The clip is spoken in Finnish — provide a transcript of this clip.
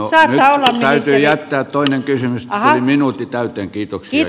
no nyt täytyy jättää toinen kysymys tuli minuutti täyteen kiitoksia